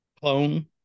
clone